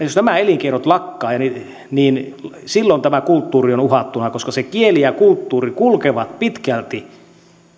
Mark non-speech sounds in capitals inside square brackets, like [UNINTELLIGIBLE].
[UNINTELLIGIBLE] jos nämä elinkeinot lakkaavat niin niin silloin tämä kulttuuri on uhattuna koska kieli ja kulttuuri kulkevat pitkälti